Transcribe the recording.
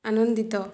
ଆନନ୍ଦିତ